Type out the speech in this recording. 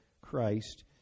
Christ